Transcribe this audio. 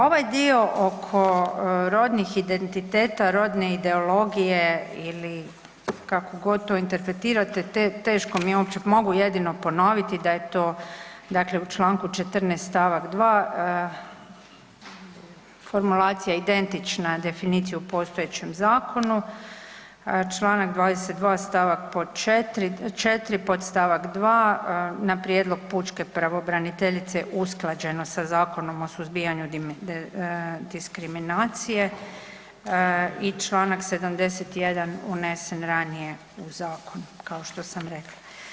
Ovaj dio oko rodnih identiteta, rodne ideologije ili kako god to interpretirate, teško mi je, mogu jedino ponoviti da je to dakle u čl. 14. stavak 2., formulacija identična definiciji u postojećem zakonu, čl. 22. stavak pod 4., podstavak 2., na prijedlog pučke pravobraniteljice usklađeno sa Zakonom o suzbijanju diskriminacije i čl. 71. unesen ranije u zakon kao što sam rekla.